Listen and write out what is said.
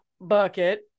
bucket